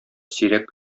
сирәк